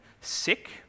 sick